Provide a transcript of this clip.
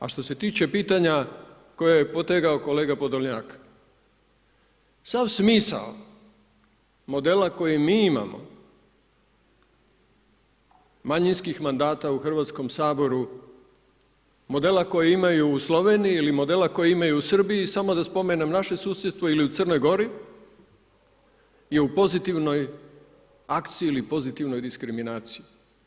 A što se tiče pitanja koje je potegao kolega Podolnjak, sav smisao modela koji mi imamo manjinskih mandata u Hrvatskom saboru, modela koje imaju u Sloveniji ili modela koje imaju u Srbiju, samo da spomenem naše susjedstvo ili u Crnoj Gori je u pozitivnoj akciji ili u pozitivnoj diskriminaciji.